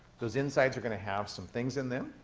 those insides are going to have some things in them.